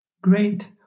Great